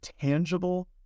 tangible